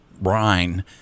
brine